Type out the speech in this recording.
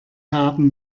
haben